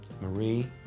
Marie